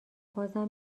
بازم